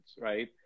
right